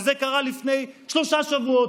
וזה קרה לפני שלושה שבועות,